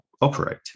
operate